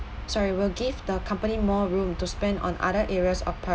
sorry will give the company more room to spend on other areas of pa~